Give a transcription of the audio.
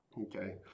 Okay